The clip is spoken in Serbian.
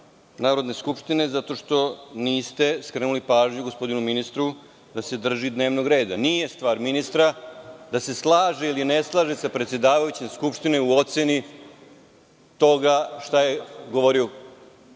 Narodne skupštine, zato što niste skrenuli pažnju gospodinu ministru da se drži dnevnog reda. Nije stvar ministra da se slaže ili ne slaže sa predsedavajućim Skupštine u oceni toga šta je govorio